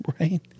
Right